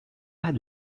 pas